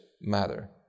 matter